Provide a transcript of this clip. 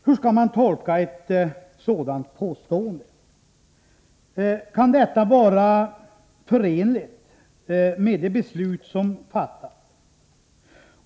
Hur skall man tolka ett sådant påstående? Kan detta vara förenligt med de beslut som fattats?